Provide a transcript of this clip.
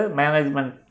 management